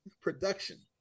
production